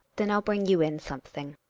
then i'll bring you in something.